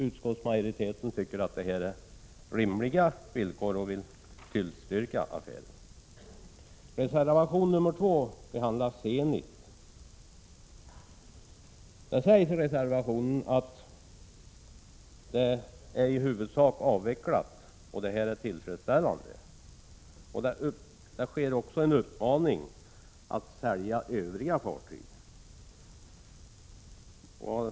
Utskottsmajoriteten tycker att dessa villkor är rimliga och tillstyrker därför affären. Reservation 2 behandlar Zenit Shippings fartygsinnehav. I reservationen sägs att fartygsinnehavet i huvudsak har avvecklats och att det är tillfredsställande. Det finns också en uppmaning om att sälja ut det övriga fartygsinnehavet.